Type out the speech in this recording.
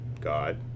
God